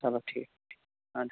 چلو ٹھیٖک اَد حظ